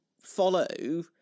follow